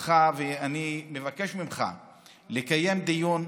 לך ואני מבקש ממך לקיים דיון,